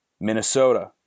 Minnesota